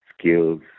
skills